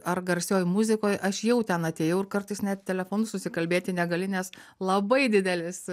ar garsioj muzikoj aš jau ten atėjau ir kartais net telefonu susikalbėti negali nes labai didelis